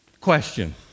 Question